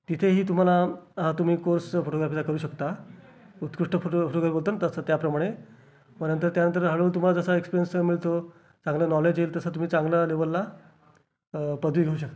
तिथेही तुम्हाला तुम्ही कोर्स फोटोग्राफीचा करू शकता उत्कृष्ट फोटो फोटोग्राफी बोलतो ना तसं त्याप्रमाणे मग नंतर त्यानंतर हळू हळू तुम्हाला जसा एक्सपीरिअन्स मिळतो चांगलं नॉलेज येईल तसं तुम्ही चांगल्या लेव्हलला पदवी घेऊ शकता